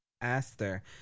Aster